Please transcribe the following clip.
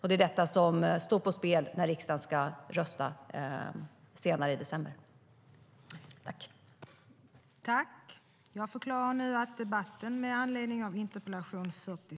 Det är detta som står på spel när riksdagen ska rösta senare i december.